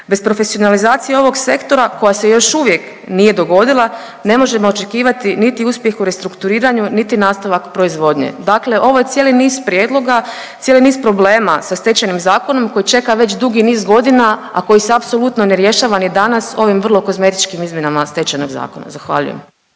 Bez profesionalizacije ovog sektora koja se još uvijek nije dogodila, ne možemo očekivati niti uspjeh u restrukturiranju niti nastavak proizvodnje. Dakle ovaj cijeli niz prijedloga, cijeli niz problema sa Stečajnim zakonom koji čega već dugi niz godina, a koji se apsolutno ne rješava ni danas ovim vrlo kozmetičkim izmjenama Stečajnog zakona. Zahvaljujem.